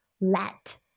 let